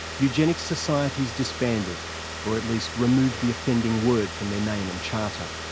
eugenics societies disbanded or at least removed the offending word from their name and charter.